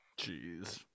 Jeez